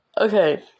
Okay